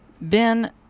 Ben